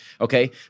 Okay